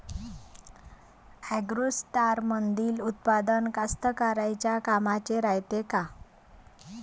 ॲग्रोस्टारमंदील उत्पादन कास्तकाराइच्या कामाचे रायते का?